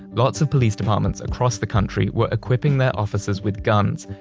lots of police departments across the country were equipping their officers with guns,